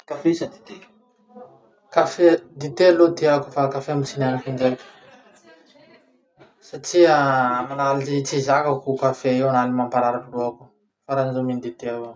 Kafe sa Dite? Kafe, Dite aloha tiako fa kafe mbo tsy nihaniko indraiky satria manaly tsy zakako kafe ary mamparary lohako farany zaho mino dite avao.